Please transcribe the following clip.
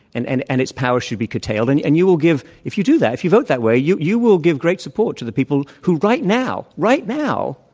and and and its power should be curtailed. and and you will give if you do that, if you vote that way, you you will give great support to the people who right now right now